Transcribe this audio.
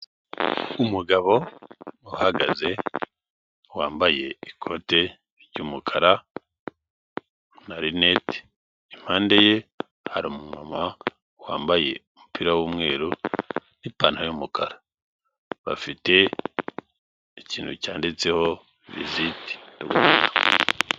Umugabo uhagaze wambaye ikote ry'umukara na rinete, impande ye hari umu mama wambaye umupira w'umweru n'ipantaro y'umukara, bafite ikintu cyanditseho vizite.